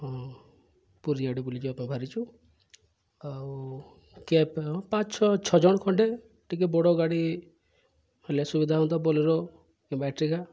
ହଁ ପୁରୀ ଆଡ଼େ ବୁଲିଯିବା ପାଇଁ ବାହାରିଚୁ ଆଉ କ୍ୟାବ୍ ପାଞ୍ଚ ଛଅ ଛଅ ଜଣ ଖଣ୍ଡେ ଟିକେ ବଡ଼ ଗାଡ଼ି ହେଲେ ସୁବିଧା ହୁଅନ୍ତା ବୋଲର୍ କିମ୍ବା ଇଟ୍ରିକା